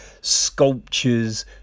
sculptures